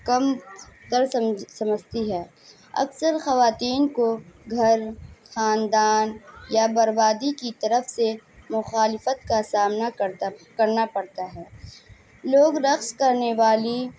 کم تس تر سم سمجھ سمجھتی ہے اکثر خواتین کو گھر خاندان یا بربادی کی طرف سے مخالفت کا سامنا کرتا کرنا پڑتا ہے لوگ رقص کرنے والی